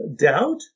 doubt